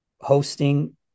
hosting